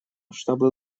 чтобы